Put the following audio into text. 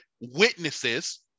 witnesses